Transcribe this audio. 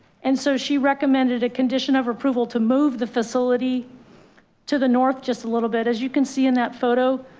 and so she recommended a condition of approval to move the facility to the north. just a little bit, as you can see in that photo,